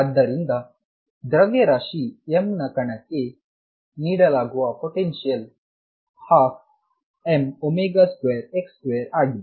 ಆದ್ದರಿಂದ ದ್ರವ್ಯರಾಶಿ m ನ ಕಣಕ್ಕೆ ನೀಡಲಾಗುವ ಪೊಟೆನ್ಶಿಯಲ್ 12m2x2 ಆಗಿದೆ